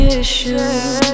issues